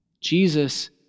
Jesus